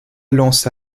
lance